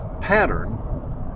pattern